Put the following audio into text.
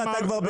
אתה יוזם הדיון,